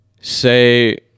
Say –